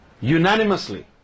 unanimously